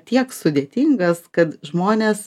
tiek sudėtingas kad žmonės